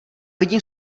vidím